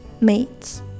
mates